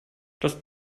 das